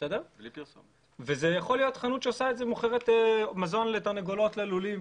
וזאת יכולה להיות חנות שמוכרת מזון לתרנגולות בלולים,